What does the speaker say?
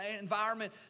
environment